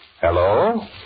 Hello